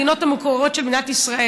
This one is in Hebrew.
הן לא ברשימת המדינות המוכרות של מדינת ישראל.